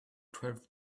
twelve